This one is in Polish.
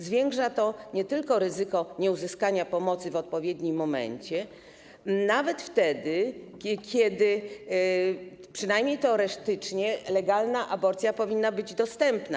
Zwiększa to nie tylko ryzyko nieuzyskania pomocy w odpowiednim momencie, nawet kiedy przynajmniej teoretycznie legalna aborcja powinna być dostępna.